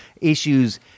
issues